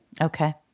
Okay